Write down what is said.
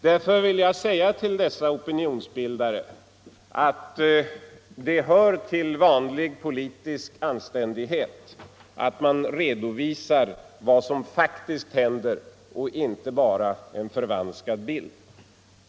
Därför vill jag säga till opinionsbildarna på detta håll att det hör till vanlig politisk anständighet att redovisa vad som faktiskt händer och inte bara en förvanskad bild.